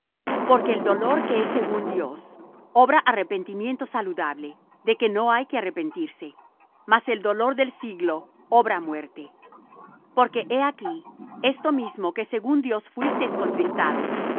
porque el dolor que es según dios obra arrepentimiento saludable de que no hay que arrepentirse mas el dolor del siglo obra muerte porque he aquí esto mismo que según dios fuisteis contristados